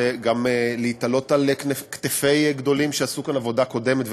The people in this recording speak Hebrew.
להיתלות על כתפי גדולים שעשו כאן עבודה קודמת,